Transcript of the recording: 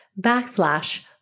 backslash